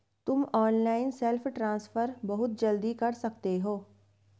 तुम online self transfer बहुत जल्दी कर सकते हो